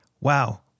Wow